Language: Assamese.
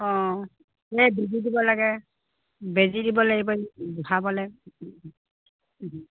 অঁ এই বেজী দিব লাগে বেজী দিব লাগিবি জোখাব লাগে